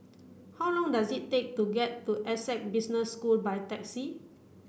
how long does it take to get to Essec Business School by taxi